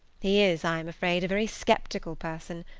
he is, i am afraid, a very sceptical person,